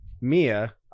Mia